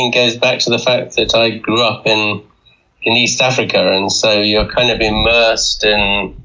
and goes back to the fact that i grew up in in east africa, and and so you're kind of immersed in